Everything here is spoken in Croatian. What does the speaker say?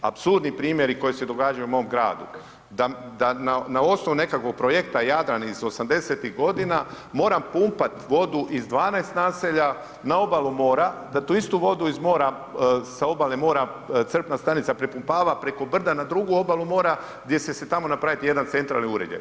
Apsurdni primjeri koji se događaju u mom gradu da na osnovu nekakog projekta Jadran iz 80.-tih godina moram pumpat vodu iz 12 naselja na obalu mora, da tu istu vodu iz mora, sa obale mora, crpna stanica prepumpava preko brda na drugu obalu mora gdje će se tamo napraviti jedan centralni uređaj.